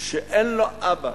שאין לו אבא,